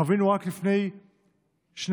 חווינו רק לפני שנתיים